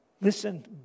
Listen